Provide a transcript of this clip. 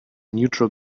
neutral